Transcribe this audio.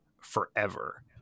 forever